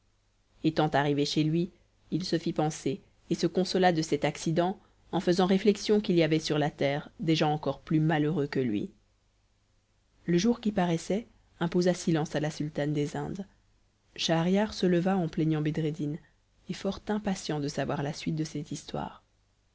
étant arrivé chez lui il se fit panser et se consola de cet accident en faisant réflexion qu'il y avait sur la terre des gens encore plus malheureux que lui le jour qui paraissait imposa silence à la sultane des indes schahriar se leva en plaignant bedreddin et fort impatient de savoir la suite de cette histoire